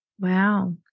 Wow